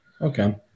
okay